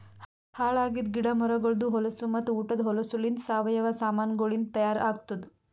ಹಾಳ್ ಆಗಿದ್ ಗಿಡ ಮರಗೊಳ್ದು ಹೊಲಸು ಮತ್ತ ಉಟದ್ ಹೊಲಸುಲಿಂತ್ ಸಾವಯವ ಸಾಮಾನಗೊಳಿಂದ್ ತೈಯಾರ್ ಆತ್ತುದ್